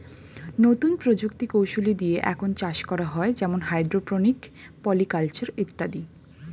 নতুন প্রযুক্তি কৌশলী দিয়ে এখন চাষ করা হয় যেমন হাইড্রোপনিক, পলি কালচার ইত্যাদি